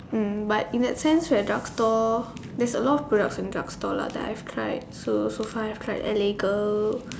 um but in that sense at drugstore there's a lot of products at drugstore lah that I have tried so so far I have tried L_A girl